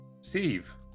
Steve